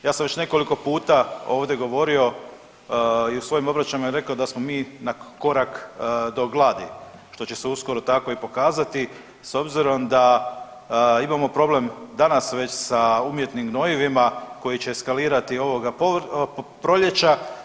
Ja sam već nekoliko puta ovdje govorio i u svojim obraćanjima rekao da smo mi na korak do glasi, što će se uskoro tako i pokazati s obzirom da imamo problem danas već sa umjetnim gnojivima koji će eskalirati ovoga proljeća.